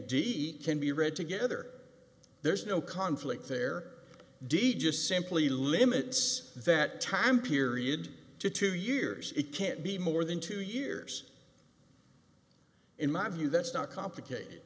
be read together there's no conflict there de just simply limits that time period to two years it can't be more than two years in my view that's not complicated